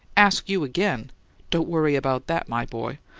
ask you again don't worry about that, my boy!